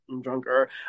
drunker